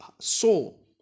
soul